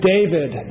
David